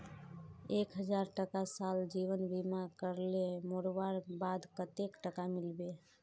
एक हजार टका साल जीवन बीमा करले मोरवार बाद कतेक टका मिलबे?